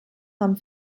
haben